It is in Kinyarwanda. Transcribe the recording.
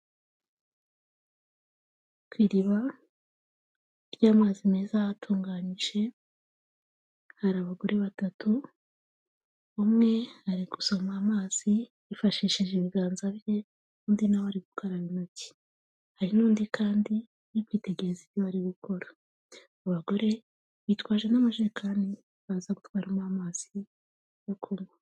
Ku iriba ry'amazi meza atunganyije hari abagore batatu, umwe ari gusoma amazi yifashishije ibiganza bye undi nawe ari gukaraba intoki, hari n'undi kandi uri kwitegereza iyo bari gukora, abagore bitwaje n'amajekani baza gutwaramo amazi yo kunywa.